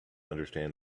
understand